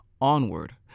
onward